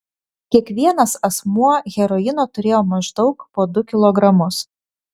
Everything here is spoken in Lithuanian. kiekvienas asmuo heroino turėjo maždaug po du kilogramus